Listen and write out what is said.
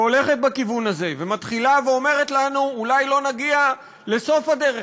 שהולכת בכיוון הזה ומתחילה ואומרת לנו: אולי לא נגיע לסוף הדרך,